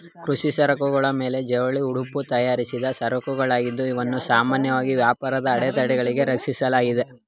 ಕೃಷಿ ಸರಕುಗಳ ಮೇಲೆ ಜವಳಿ ಉಡುಪು ತಯಾರಿಸಿದ್ದ ಸರಕುಆಗಿದ್ದು ಇವನ್ನು ಸಾಮಾನ್ಯವಾಗಿ ವ್ಯಾಪಾರದ ಅಡೆತಡೆಗಳಿಂದ ರಕ್ಷಿಸಲಾಗುತ್ತೆ